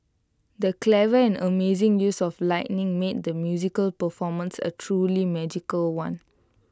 the clever and amazing use of lightning made the musical performance A truly magical one